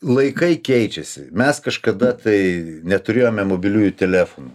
laikai keičiasi mes kažkada tai neturėjome mobiliųjų telefonų